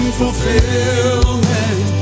fulfillment